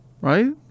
right